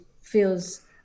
feels